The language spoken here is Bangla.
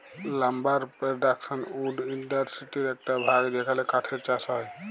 লাম্বার পোরডাকশন উড ইন্ডাসটিরির একট ভাগ যেখালে কাঠের চাষ হয়